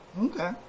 Okay